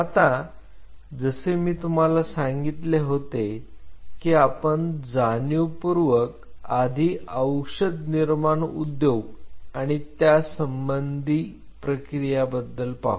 आता जसे मी तुम्हाला सांगितले होते की आपण जाणीवपूर्वक आधी औषध निर्माण उद्योग आणि त्या संदर्भातील प्रक्रिया याबद्दल पाहू